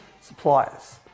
suppliers